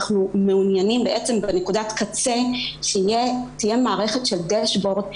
אנחנו מעוניינים שבנקודת הקצה תהיה מערכת של דשבורד.